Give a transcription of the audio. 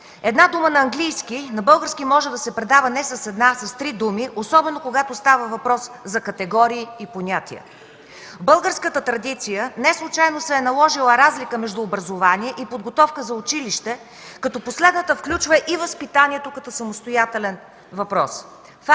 Една дума на английски на български може да се предава не с една, а с три думи, особено когато става въпрос за категории и понятия. В българската традиция неслучайно се е наложила разлика между образование и подготовка за училище, като последната включва и възпитанието като самостоятелен въпрос.